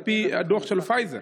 על פי הדוח של פייזר.